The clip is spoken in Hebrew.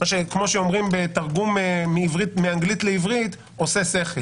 כמו שאומרים עושה שכל.